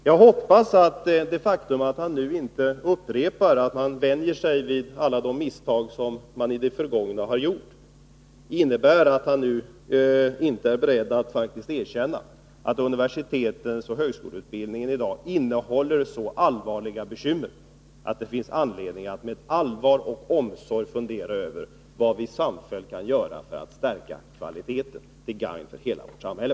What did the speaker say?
Jag hoppas att det faktum att han inte upprepar att man vänjer sig vid alla de misstag som i det förgångna har gjorts innebär att han faktiskt är beredd att erkänna att universitetsoch högskoleutbildningen i dag inger så allvarliga bekymmer att det finns anledning att med allvar och omsorg fundera över vad vi samfällt kan göra för att stärka kvaliteten, till gagn för hela vårt samhälle.